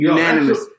Unanimous